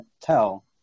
tell